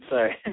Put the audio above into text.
Sorry